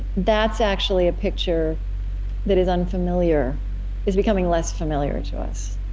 that's actually a picture that is unfamiliar is becoming less familiar to us